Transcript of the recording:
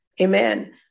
amen